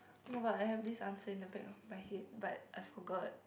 [oh]-my-god I have this answer in the back of my head but I forgot